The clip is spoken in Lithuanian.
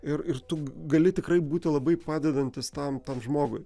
ir ir tu gali tikrai būti labai padedantis tam tam žmogui